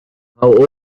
how